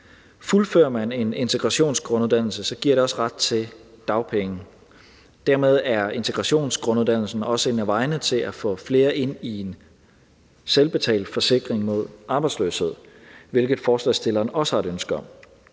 Fuldfører man en integrationsgrunduddannelse, giver det også ret til dagpenge, og dermed er integrationsgrunduddannelsen også en af vejene til at få flere ind i en selvbetalt forsikring mod arbejdsløshed, hvilket forslagsstillerne også har et ønske om.